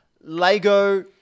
LEGO